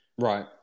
right